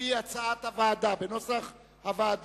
שהיא